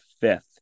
fifth